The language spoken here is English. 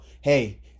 hey